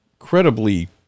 incredibly